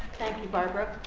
thank you, barbara.